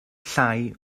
llai